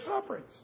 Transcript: sufferings